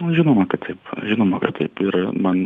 žinoma kad taip žinoma kad taip ir man